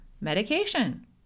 medication